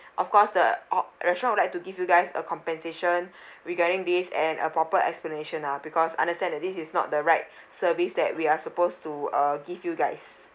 of course the our restaurant would like to give you guys a compensation regarding this and a proper explanation lah because understand that this is not the right service that we are supposed to uh give you guys